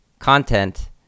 content